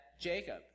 Jacob